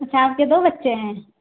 अच्छा आपके दो बच्चे हैं